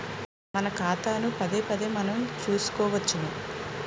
మన ఖాతాను పదేపదే మనం చూసుకోవచ్చును